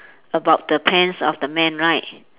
about the pants of the man right